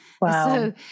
Wow